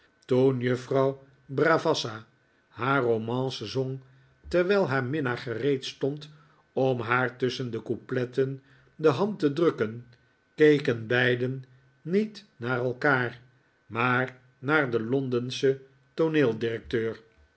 toen juffrouw bravassa haar romance zong terwijl haar minnaar gereed stond om haar tusschen de coupletten de hand te drukken keken beiden niet naar elkaar maar naar den londenschen